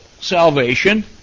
salvation